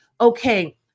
okay